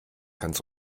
ganz